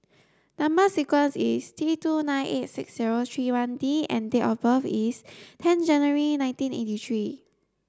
number sequence is T two nine eight six zero three one D and date of birth is ten January nineteen eighty three